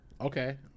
Okay